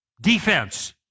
Defense